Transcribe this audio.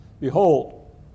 Behold